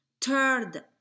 Third